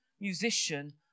musician